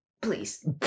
Please